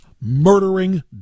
murdering